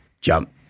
jump